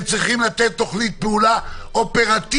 הם צריכים לתת תוכנית פעולה אופרטיבית.